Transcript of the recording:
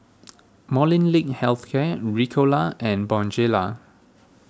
Molnylcke Health Care Ricola and Bonjela